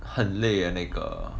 很累 eh 那个